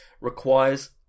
Requires